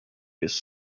his